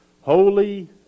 holy